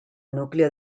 núcleo